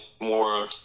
more